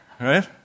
right